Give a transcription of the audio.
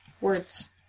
Words